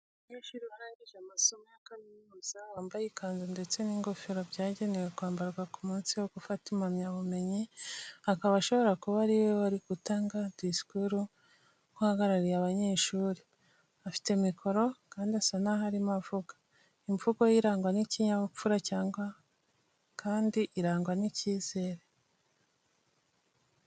Umunyeshuri warangije amasomo ya kaminuza, wambaye ikanzu ndetse n'ingofero byagenewe kwambarwa ku munsi wo gufata impamyabumenyi, akaba ashobora kuba ari we wari gutanga disikuru nk'uhagarariye abanyeshuri. Afite mikoro, kandi asa n'aho arimo avuga. Imvugo ye irangwa n'ikinyabupfura kandi irangwa n'icyizere.